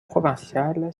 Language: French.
provinciale